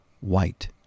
white